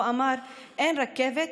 הוא אמר: אין רכבת,